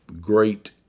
great